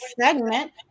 segment